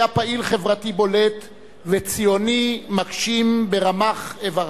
היה פעיל חברתי בולט וציוני מגשים ברמ"ח איבריו.